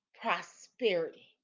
prosperity